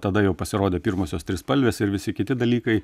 tada jau pasirodė pirmosios trispalvės ir visi kiti dalykai